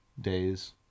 days